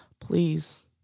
please